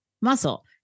muscle